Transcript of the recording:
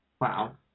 Wow